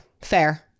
fair